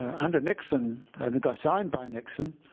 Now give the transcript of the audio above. and under nixon and it got signed by nixon